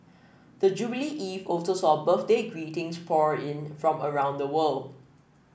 the jubilee eve also saw birthday greetings pour in from around the world